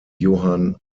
johann